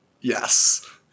Yes